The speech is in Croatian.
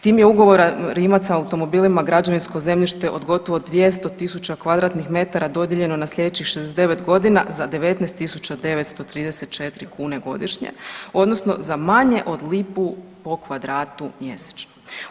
Tim je ugovora Rimac automobilima građevinsko zemljište od gotovo 200 tisuća kvadratnih metara dodijeljeno na sljedećih 69 godina za 19 934 kune godišnje, odnosno za manje od lipu po kvadratu mjesečno.